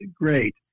great